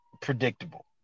predictable